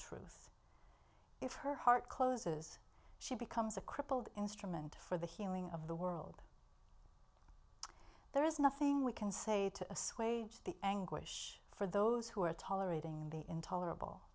truth if her heart closes she becomes a crippled instrument for the healing of the world there is nothing we can say to assuage the anguish for those who are tolerating the intolerable